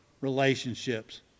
relationships